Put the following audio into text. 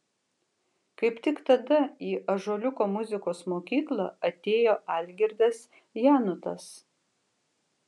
kaip tik tada į ąžuoliuko muzikos mokyklą atėjo algirdas janutas